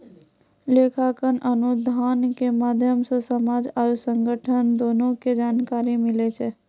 लेखांकन अनुसन्धान के माध्यम से समाज आरु संगठन दुनू के जानकारी मिलै छै